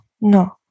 no